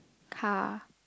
car